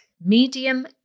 medium